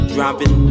Driving